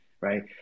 right